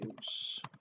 use